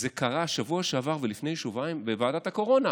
זה קרה בשבוע שעבר ולפני שבועיים בוועדת הקורונה.